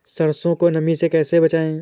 सरसो को नमी से कैसे बचाएं?